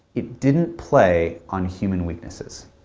it didn't play on human weaknesses.